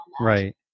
right